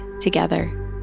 together